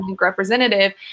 representative